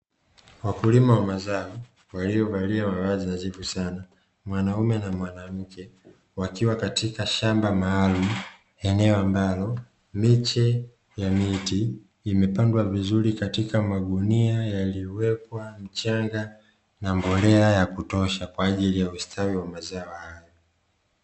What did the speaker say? Wakulima wa mazao waliovalia mavazi nadhifu sana mwanaume na mwanamke, wakiwa katika shamba maalumu eneo ambalo miche ya miti imepangwa vizuri katika magunia yaliyowekwa mchanga na mbolea ya kutosha kwa ajili ya ustawi wa mazao hayo.